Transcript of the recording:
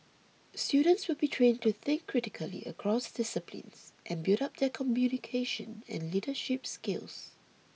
students will be trained to think critically across disciplines and build up their communication and leadership skills